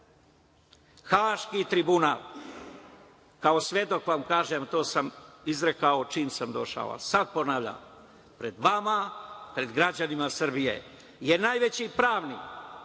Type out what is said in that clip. Haški tribunal, kao svedok vam kažem, to sam izrekao čim sam došao, sad ponavljam pred vama, pred građanima Srbije, je najveći pravni,